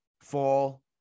fall